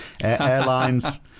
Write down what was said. Airlines